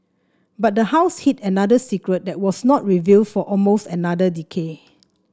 but the house hid another secret that was not revealed for almost another decade